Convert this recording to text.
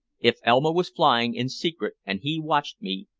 if elma was flying in secret and he watched me,